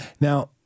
Now